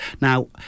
Now